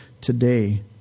today